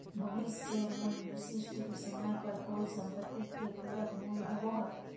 भविष्य मूल्य विशिष्ट समय पर कोय सम्पत्ति के पूरक मूल्य होबो हय